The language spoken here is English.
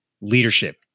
leadership